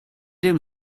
dem